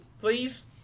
please